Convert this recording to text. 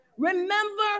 Remember